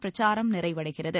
பிரச்சாரம் நிறைவடைகிறது